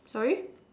sorry